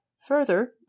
Further